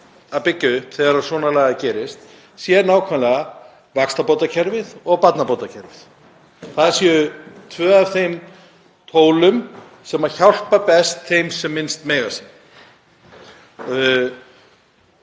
að byggja upp þegar svona lagað gerist sé nákvæmlega vaxtabótakerfið og barnabótakerfið, það séu tvö af þeim tólum sem hjálpa best þeim sem minnst mega sín.